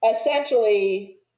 essentially